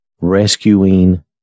rescuing